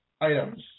items